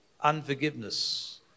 unforgiveness